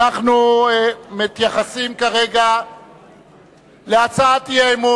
כרגע אנחנו מצביעים על הצעת האי-אמון